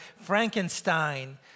Frankenstein